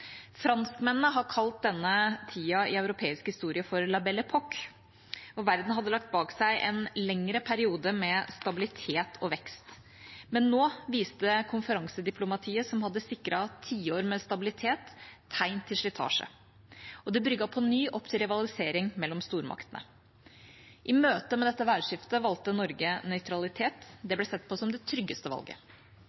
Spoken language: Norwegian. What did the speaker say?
Franskmennene har kalt denne tida i europeisk historie for «la belle époque», og verden hadde lagt bak seg en lengre periode med stabilitet og vekst. Men nå viste konferansediplomatiet som hadde sikret tiår med stabilitet, tegn til slitasje, og det brygget på ny opp til rivalisering mellom stormaktene. I møte med dette værskiftet valgte Norge nøytralitet